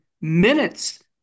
minutes